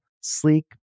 sleek